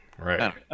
Right